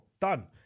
Done